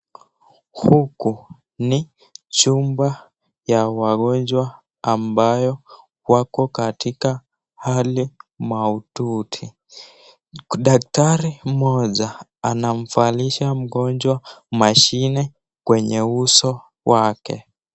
Huku ni chumba ya wagonjwa ambayo wako katika hali mahututi. Daktari mmoja anamvalisha mgonjwa mashine kwenye uso wake.